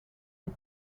est